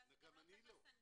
ואז גם לא צריך לסנגר.